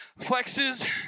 flexes